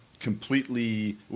completely